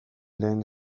lehen